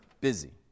busy